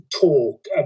talk